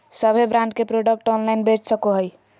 सभे ब्रांड के product online बेच सको हइ